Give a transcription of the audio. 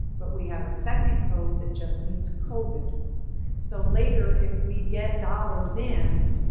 but we have a second code that just means covid so later if we get dollars in.